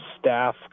staff